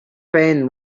pain